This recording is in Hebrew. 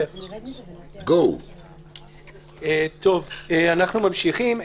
Go. אנחנו ממשיכים.